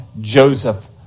Joseph